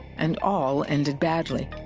and all ended badly.